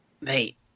mate